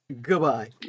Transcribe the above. Goodbye